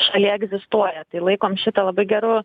šalyje egzistuoja tai laikom šitą labai geru